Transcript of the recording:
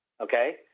okay